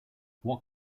what